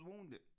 wounded